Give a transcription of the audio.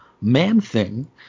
Man-Thing